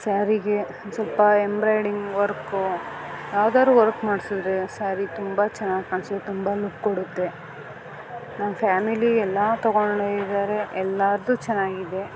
ಸ್ಯಾರಿಗೆ ಸ್ವಲ್ಪ embroiding work ಯಾವ್ದಾದ್ರು works ಮಾಡಿಸಿದ್ರೆ ಸ್ಯಾರಿ ತುಂಬ ಚೆನ್ನಾಗ್ ಕಾಣಿಸುತ್ತೆ ತುಂಬ ಲುಕ್ ಕೊಡುತ್ತೆ ನಮ್ಮ ಫ್ಯಾಮಿಲಿ ಎಲ್ಲ ತಗೊಂಡಿದ್ದಾರೆ ಎಲ್ಲಾರದ್ದು ಚೆನ್ನಾಗಿದೆ